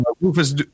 Rufus